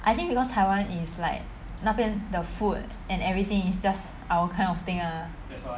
I think because taiwan is like 那边的 food and everything is just our kind of thing lah